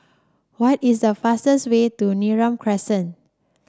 what is the fastest way to Neram Crescent